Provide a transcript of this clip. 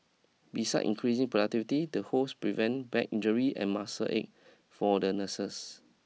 besides increasing productivity the hoists prevent back injury and muscle ache for the nurses